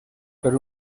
per